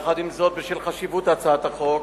עם זאת, בשל חשיבות הצעת החוק,